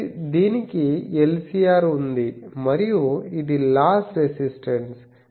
కాబట్టి దీనికి LCR ఉంది మరియు ఇది లాస్ రెసిస్టన్స్